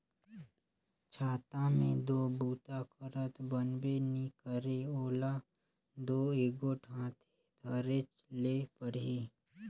छाता मे दो बूता करत बनबे नी करे ओला दो एगोट हाथे धरेच ले परही